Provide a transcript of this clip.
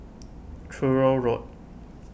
Truro Road